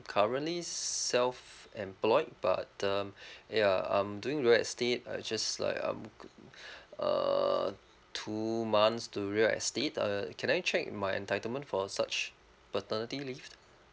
currently self employed but um ya I'm doing real estate uh just like um uh two months to real estate uh can I check my entitlement for such paternity leave